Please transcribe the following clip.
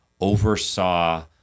oversaw